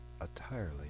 entirely